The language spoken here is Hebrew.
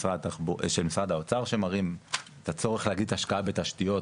ויש דוחות של משרד האוצר שמראים את הצורך להגדיל את ההשקעה בתשתיות,